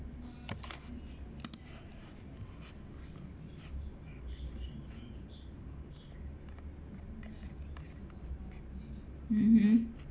mmhmm